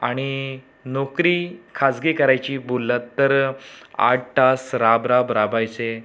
आणि नोकरी खासगी करायची बोललं तर आठ तास राब राब राबायचे